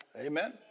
Amen